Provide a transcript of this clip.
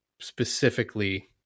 specifically